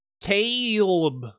caleb